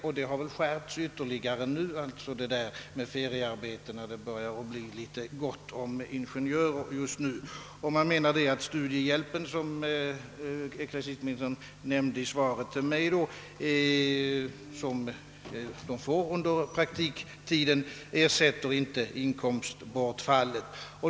Och förhållandena när det gäller feriearbetet har väl skärpts ytterligare nu, då det börjar bli ganska gott om ingenjörer. Man menar att studiehjälpen, som de får under praktiktiden, inte ersätter inkomstbortfallet.